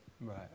Right